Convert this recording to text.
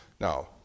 Now